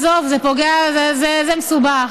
עזוב, זה מסובך.